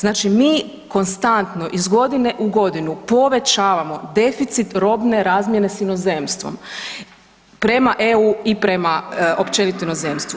Znači mi konstantno iz godine u godine povećavamo deficit robne razmjene s inozemstvom, prema EU i prema općenito inozemstvu.